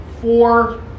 Four